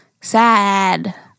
Sad